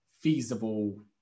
feasible